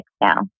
now